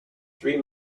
three